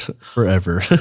forever